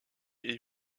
est